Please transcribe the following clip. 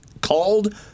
called